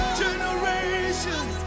generations